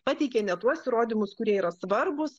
pateikė ne tuos įrodymus kurie yra svarbūs